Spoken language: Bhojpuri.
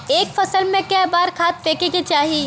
एक फसल में क बार खाद फेके के चाही?